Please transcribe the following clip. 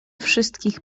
wszystkich